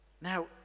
Now